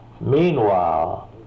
meanwhile